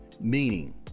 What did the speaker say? meaning